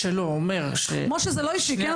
שמעון, זה לא אישי.